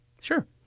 Sure